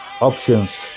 options